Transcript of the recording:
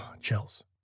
chills